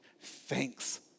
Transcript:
thanks